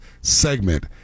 segment